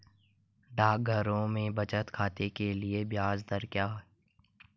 डाकघरों में बचत खाते के लिए ब्याज दर क्या है?